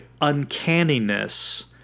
uncanniness